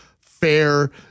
fair